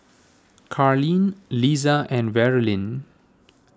Carleen Liza and Verlyn